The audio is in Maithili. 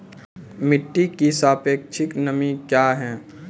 मिटी की सापेक्षिक नमी कया हैं?